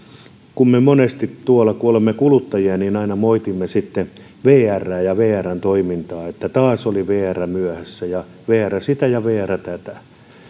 kun me monesti kun olemme kuluttajia aina moitimme sitten vrää ja vrn toimintaa että taas oli vr myöhässä ja vr sitä ja vr tätä